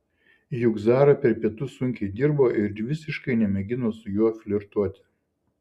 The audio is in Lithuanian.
juk zara per pietus sunkiai dirbo ir visiškai nemėgino su juo flirtuoti